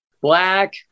black